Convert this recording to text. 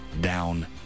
down